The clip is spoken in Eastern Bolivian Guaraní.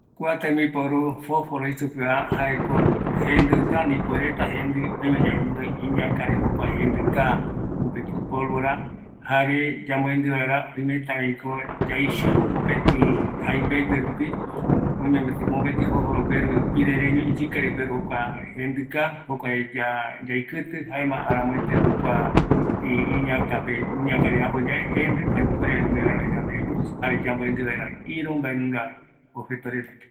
﻿Kua tembiporu foko roe supeva jaeko i jendita ani puereta jendi, oime yave guinoi jokua iñaakare, jokua jendika, mopeti polvora jare yamboendi vaera oimetaviko yaijiu mopeti jaimbegue rupi, oime mopeti fosforo gueru ipiere reño, iyikere guerun jokua jendika, jokua yaikiti jaema, jaema aramöete jokua iñakape iñakare apoyae jendi, jaema jukurai, omevaera yand, yamboedi vaera irú objeto reta